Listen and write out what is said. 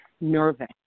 nervous